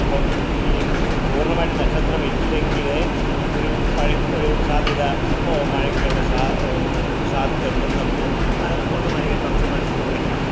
അപ്പം ഇനി പൂർണമായിട്ട് നക്ഷത്രങ്ങൾ ഇല്ലെങ്കിൽ ഒരു മഴയ്ക്ക് ഒരു സാധ്യത മ മഴയ്ക്കുള്ള ഒരു ഒ സാധ്യത ഉണ്ടെന്ന് നമുക്ക് മന ഓട്ടോമാറ്റിക് ആയിട്ട് നമുക്ക് മനസ്സിൽ തോന്നിക്കും